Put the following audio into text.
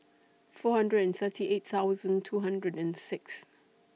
four hundred and thirty eight thousand two hundred and six